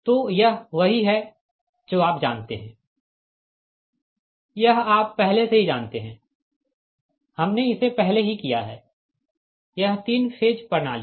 तो यह वही है जो आप जानते है यह आप पहले से ही जानते है हमने इसे पहले ही किया है यह तीन फेज प्रणाली है